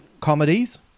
comedies